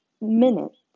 minutes